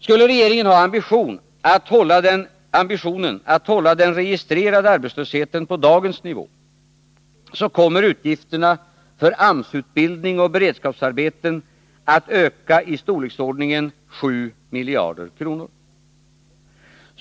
Skulle regeringen ha ambitionen att hålla den registrerade arbetslösheten på dagens nivå, kommer utgifterna för AMS-utbildning och beredskapsarbeten att öka tillistorleksordningen 7 miljarder kronor.